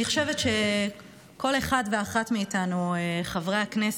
אני חושבת שכל אחד ואחת מאיתנו, חברי הכנסת,